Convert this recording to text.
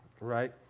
Right